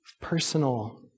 personal